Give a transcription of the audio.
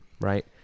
right